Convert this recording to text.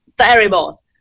terrible